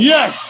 Yes